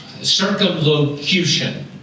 circumlocution